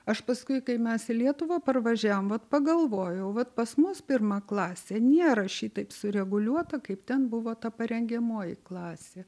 aš paskui kai mes į lietuvą parvažiavom vat pagalvojau vat pas mus pirma klasė nėra šitaip sureguliuota kaip ten buvo ta parengiamoji klasė